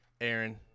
Aaron